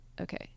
Okay